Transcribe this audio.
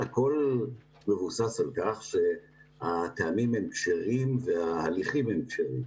הכול מבוסס על כך שהטעמים הם כשרים וההליכים הם כשרים.